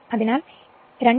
അതിനാൽ ഇത് അളവില്ലാത്ത അളവാണ്